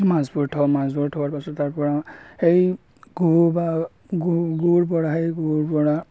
মাছবোৰ থওঁ মাছবোৰ থোৱাৰ পাছত তাৰ পৰা সেই গু বা গুৰ পৰাহে গুৰ পৰা